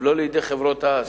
ולא לידי חברות הסיעוד.